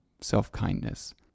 self-kindness